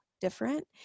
different